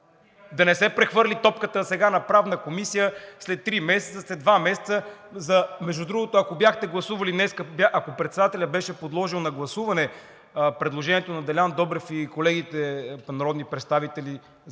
да не се прехвърли топката сега на Правна комисия, след три месеца, след два месеца… Между другото, ако бяхте гласували днес, ако Председателят беше подложил на гласуване предложението на Делян Добрев и колегите народни представители